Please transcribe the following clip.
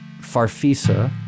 farfisa